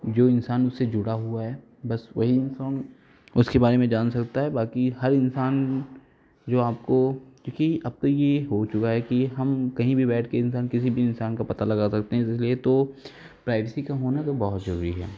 जो इंसान उससे जुड़ा हुआ है बस वही इंसान उसके बारे में जान सकता है बाकी हर इंसान जो आपको क्योंकि अब तो ये हो चुका है कि ये हम कहीं भी बैठ के इंसान किसी भी इंसान का पता लगा सकते हैं इसलिए तो प्राइवेसी का होना तो बहुत जरूरी है